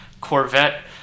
Corvette